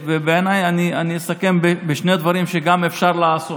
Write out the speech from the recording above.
בעיניי, אני אסכם בשני דברים שגם אפשר לעשות.